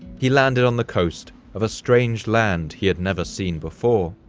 he landed on the coast of a strange land he had never seen before.